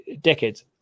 decades